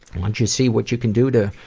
why don't you see what you can do to